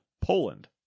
Poland